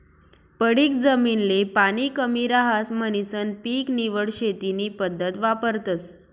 पडीक जमीन ले पाणी कमी रहास म्हणीसन पीक निवड शेती नी पद्धत वापरतस